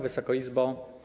Wysoka Izbo!